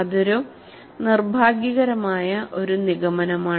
അതൊരു നിർഭാഗ്യകരമായ ഒരു നിഗമനമാണ്